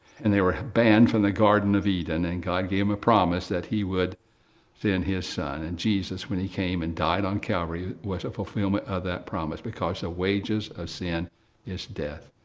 and they were banned from the garden of eden. and god gave him a promise that he would send his son and jesus when he came and died on calvary was a fulfillment of that promise, because the wages of sin is death.